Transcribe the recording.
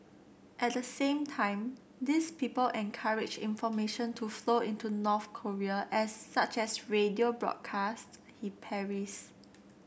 at the same time these people encourage information to flow into North Korea as such as radio broadcasts he parries